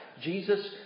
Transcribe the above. Jesus